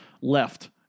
left